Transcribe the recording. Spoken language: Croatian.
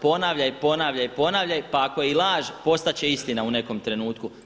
Ponavljaj, ponavljaj, ponavljaj pa ako je i laž postat će istina u nekom trenutku.